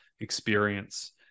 experience